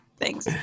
Thanks